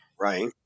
right